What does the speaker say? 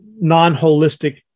non-holistic